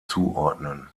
zuordnen